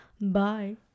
Bye